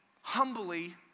humbly